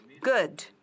good